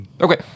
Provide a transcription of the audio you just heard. Okay